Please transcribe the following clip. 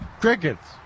crickets